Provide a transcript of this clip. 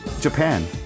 Japan